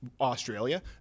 australia